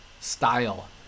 style